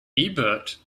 ebert